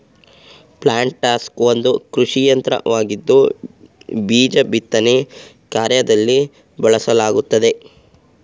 planters ಒಂದು ಕೃಷಿಯಂತ್ರವಾಗಿದ್ದು ಬೀಜ ಬಿತ್ತನೆ ಕಾರ್ಯದಲ್ಲಿ ಬಳಸಲಾಗುತ್ತದೆ